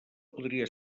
podria